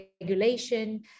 regulation